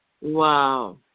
Wow